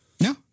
No